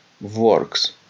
works